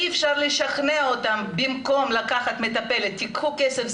אי אפשר לשכנע אותם במקום לקחת מטפלת תקחו כסף,